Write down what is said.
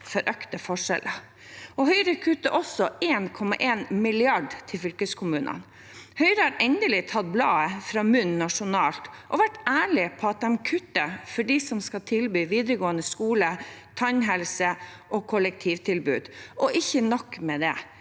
for økte forskjeller. Høyre kutter også 1,1 mrd. kr til fylkeskommunene. Høyre har endelig tatt bladet fra munnen nasjonalt og vært ærlig på at de kutter for dem som skal tilby videregående skole, tannhelse og kollektivtilbud. Ikke nok med det: